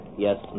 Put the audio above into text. Yes